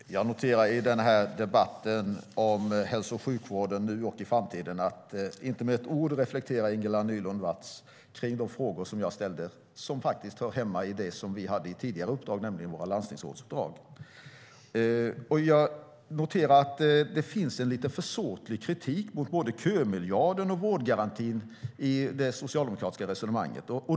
Fru talman! Jag noterar i den här debatten om hälso och sjukvården nu och i framtiden att Ingela Nylund Watz inte med ett ord reflekterar över de frågor som jag ställde som faktiskt hör hemma i det uppdrag som vi tidigare hade, nämligen våra landstingsrådsuppdrag. Jag noterar också att det finns en lite försåtlig kritik mot både kömiljarden och vårdgarantin i det socialdemokratiska resonemanget.